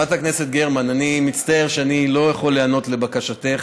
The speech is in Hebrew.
גרמן, אני מצטער שאני לא יכול להיענות לבקשתך,